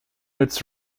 its